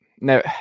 no